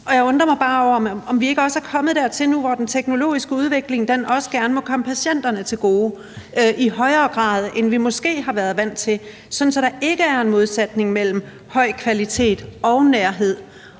og jeg undrer mig bare over, om vi nu ikke også er kommet dertil, hvor den teknologiske udvikling gerne i højere grad må komme patienterne til gode, end vi måske har været vant til, sådan at der ikke er en modsætning mellem høj kvalitet og nærhed,